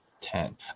ten